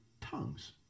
tongues